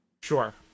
Sure